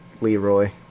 Leroy